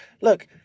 look